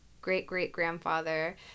great-great-grandfather